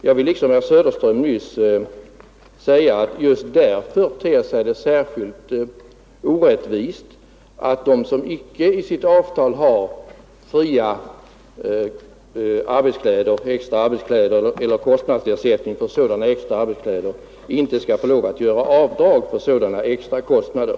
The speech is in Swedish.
Jag vill, liksom herr Söderström gjorde nyss, säga att det just därför ter sig särskilt orättvist att de som enligt sitt avtal icke har fria extra arbetskläder eller kostnadsersättning för sådana extra arbetskläder inte skall få göra avdrag för extra klädkostnader.